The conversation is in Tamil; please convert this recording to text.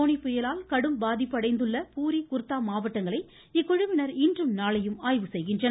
போனி புயலால் கடும் பாதிப்படைந்துள்ள பூரி குர்தா மாவட்டங்களை இக்குழுவினர் இன்றும் நாளையும் ஆய்வு செய்கின்றனர்